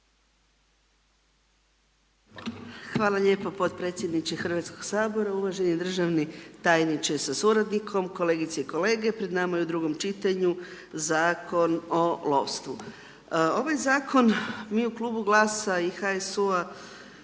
Hvala lijepo potpredsjedničke Hrvatskog sabora. Uvaženi državni tajniče sa suradnikom, kolegice i kolege. Pred nama je u drugom čitanju Zakon o lovstvu. Ovaj zakon, mi u Klubu GLAS-a i HSU-a